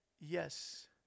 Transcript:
Yes